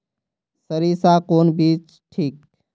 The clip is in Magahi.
सरीसा कौन बीज ठिक?